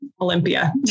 Olympia